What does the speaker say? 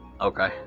Okay